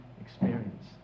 experience